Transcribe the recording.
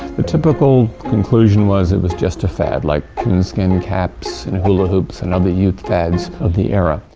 the typical conclusion was it was just a fad, like coonskin caps, and hula hoops, and other youth fads of the era.